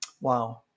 Wow